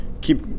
keep